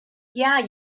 yeah